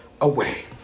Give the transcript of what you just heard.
away